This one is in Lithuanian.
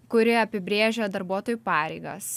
kuri apibrėžia darbuotojų pareigas